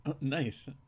Nice